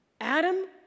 Adam